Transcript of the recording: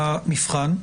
המבחן,